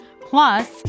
Plus